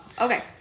Okay